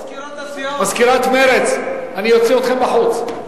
מזכירת מרצ, אני אוציא אתכן בחוץ.